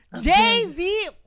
Jay-Z